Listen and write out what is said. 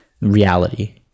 reality